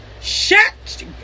Shut